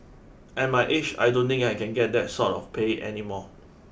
at my age I don't think I can get that sort of pay any more